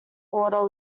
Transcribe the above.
order